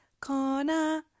Corner